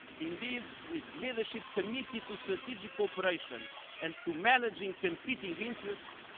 indeed, with leadership committed to strategic cooperation and to managing competing interests,